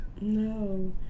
No